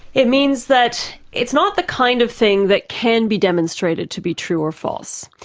it means that it's not the kind of thing that can be demonstrated to be true or false.